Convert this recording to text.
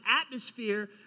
atmosphere